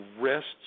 rests